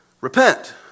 repent